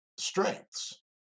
strengths